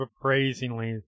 appraisingly